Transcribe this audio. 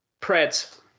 Preds